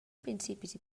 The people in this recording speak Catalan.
principis